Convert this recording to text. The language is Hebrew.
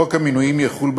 חוק המינויים יחול,